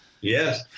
Yes